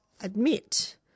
admit